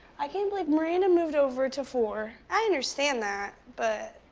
i can't believe maranda moved over to four. i understand that, but,